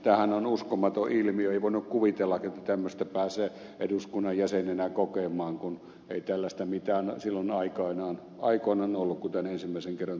tämähän on uskomaton ilmiö ei voinut kuvitellakaan että tämmöistä pääsee eduskunnan jäsenenä kokemaan kun ei mitään tällaista silloin aikoinaan ollut kun tänne ensimmäisen kerran tulin valituksi